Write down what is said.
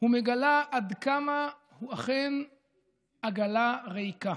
ומגלה עד כמה הוא אכן עגלה ריקה.